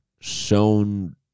shown